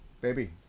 Baby